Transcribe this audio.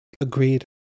Agreed